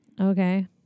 Okay